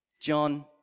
John